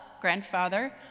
grandfather